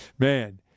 Man